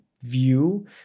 view